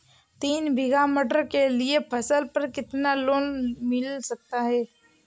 तीन बीघा मटर के लिए फसल पर कितना लोन मिल सकता है?